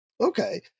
Okay